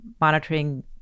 monitoring